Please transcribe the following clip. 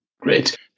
Great